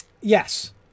Yes